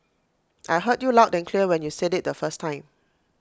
I heard you loud and clear when you said IT the first time